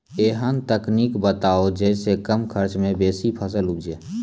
ऐहन तकनीक बताऊ जै सऽ कम खर्च मे बेसी फसल उपजे?